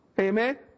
Amen